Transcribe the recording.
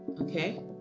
okay